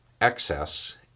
excess